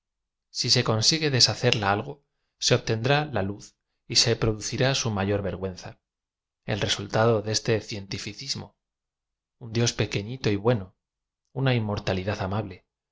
si se consigue deshacerla algo se obtendrá la luz y ae producirá su m ayor vergqonza el resaltado de este cientificismo un dios pequeñito y bueno una inmortalidad amable